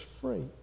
free